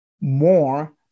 more